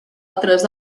altres